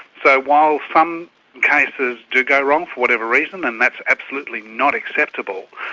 so while some cases do go wrong, for whatever reason, and that's absolutely not acceptable,